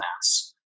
mass